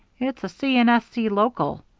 it's a c. and s. c. local,